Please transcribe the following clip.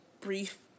brief